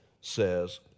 says